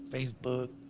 Facebook